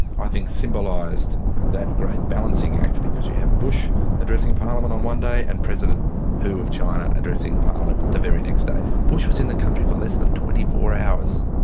i think symbolised that great balancing act, because you have bush addressing parliament on one day and president hu of china addressing parliament the very next day. bush was in the country for less than twenty four hours.